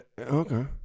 okay